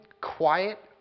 quiet